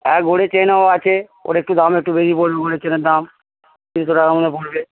হ্যাঁ চেইনও আছে ওটা একটু দাম একটু বেশি পড়বে চেইনের দাম তিনশো টাকার মতো পড়বে